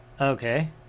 Okay